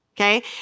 okay